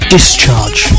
Discharge